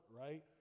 right